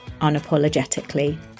unapologetically